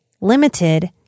limited